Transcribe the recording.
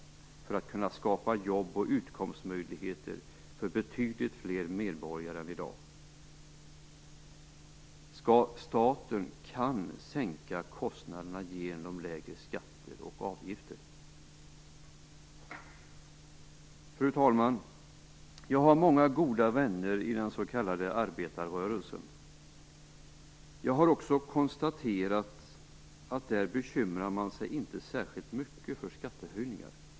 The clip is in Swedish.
Det kan då skapa jobb och utkomstmöjligheter för betydligt fler medborgare än i dag. Staten kan sänka kostnaderna genom lägre skatter och avgifter. Fru talman! Jag har många goda vänner i den s.k. arbetarrörelsen. Jag har också konstaterat att man där inte bekymrar sig särskilt mycket för skattehöjningar.